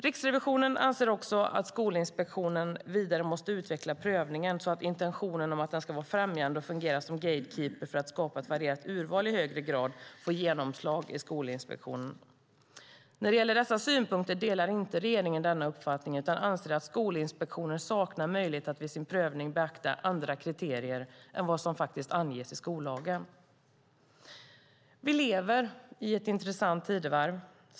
Riksrevisionen anser också att Skolinspektionen vidare måste utveckla prövningen så att intentionen om att den ska vara främjande och fungera som gatekeeper för att skapa ett varierat urval i högre grad får genomslag i Skolinspektionens verksamhet. När det gäller dessa synpunkter delar regeringen inte denna uppfattning utan anser att Skolinspektionen saknar möjlighet att vid sin prövning beakta andra kriterier än vad som anges i skollagen. Vi lever i ett intressant tidevarv.